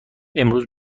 امروز